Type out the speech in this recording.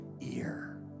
ear